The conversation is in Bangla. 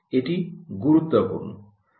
এটি গুরুত্বপূর্ণ